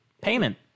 Payment